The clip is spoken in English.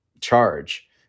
charge